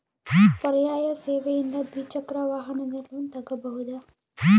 ಪರ್ಯಾಯ ಸೇವೆಯಿಂದ ದ್ವಿಚಕ್ರ ವಾಹನದ ಲೋನ್ ತಗೋಬಹುದಾ?